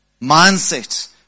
mindset